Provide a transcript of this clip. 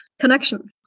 connection